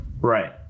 Right